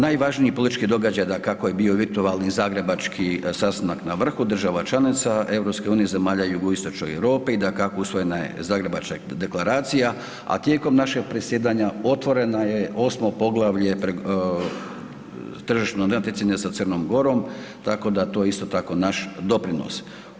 Najvažniji politički događaj dakako je bio virtualni zagrebački sastanak na vrhu država članica EU, zemalja jugoistočne Europe i dakako usvojena je zagrebačka deklaracija, a tijekom našeg predsjedanja otvorena je 8. poglavlje tržišnog natjecanja sa Crnom Gorom, tako da to isto tako naš doprinos.